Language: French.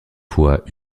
fois